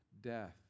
death